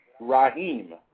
Raheem